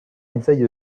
inside